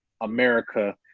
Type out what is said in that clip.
america